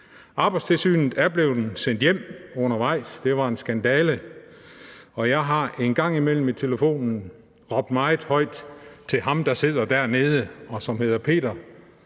Arbejdstilsynet er blevet sendt hjem undervejs, og det var en skandale. Jeg har engang imellem i telefonen råbt meget højt til ham, der sidder dernede, og som hedder Peter,